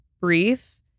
brief